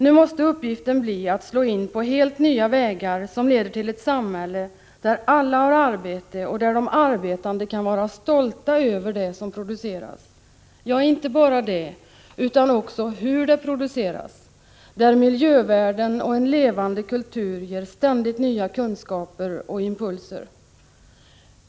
Nu måste uppgiften bli att slå in på en helt ny väg som leder till ett samhälle där alla har arbete och där de arbetande kan vara stolta över det som produceras. Ja, inte bara det — utan också hur det produceras, där miljövärden och en levande kultur ger ständigt nya kunskaper och impulser.